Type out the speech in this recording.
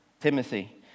Timothy